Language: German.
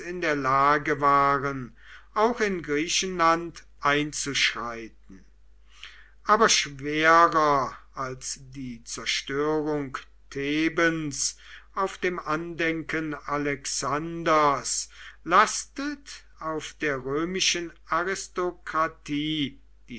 in der lage waren auch in griechenland einzuschreiten aber schwerer als die zerstörung thebens auf dem andenken alexanders lastet auf der römischen aristokratie